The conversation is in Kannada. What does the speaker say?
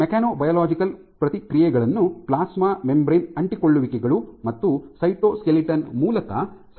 ಮೆಕ್ಯಾನ್ಬಯಾಲಾಜಿಕಲ್ ಪ್ರತಿಕ್ರಿಯೆಗಳನ್ನು ಪ್ಲಾಸ್ಮಾ ಮೆಂಬರೇನ್ ಅಂಟಿಕೊಳ್ಳುವಿಕೆಗಳು ಮತ್ತು ಸೈಟೋಸ್ಕೆಲಿಟನ್ ಮೂಲಕ ಸಂಯೋಜಿಸಲಾಗುತ್ತದೆ